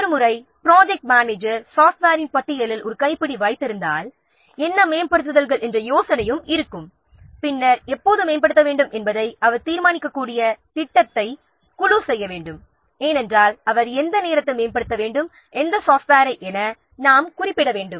எனவே ப்ராஜெக்ட் மேனேஜருக்கு சாஃப்ட்வேரின் பட்டியல் மற்றும் என்ன வகையான மேம்படுத்தல்கள் குழுவிற்கு ப்ராஜெக்ட் செய்யும்போது தேவை என்ற யோசனையிலும் கையளுமை இருந்தால் என்ன மேம்படுத்தல்கள் என்ற யோசனையும் இருக்கும் பின்னர் எப்போது மேம்படுத்த வேண்டும் என்பதை அவர் தீர்மானிக்கக்கூடிய திட்டத்தை குழு செய்ய வேண்டும் ஏனென்றால் அவர் எந்த நேரத்தில் மேம்படுத்த வேண்டும் எந்த சாஃப்ட்வேரை என நாம் குறிப்பிட வேண்டும்